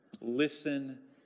Listen